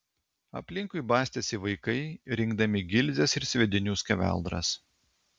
aplinkui bastėsi vaikai rinkdami gilzes ir sviedinių skeveldras